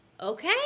okay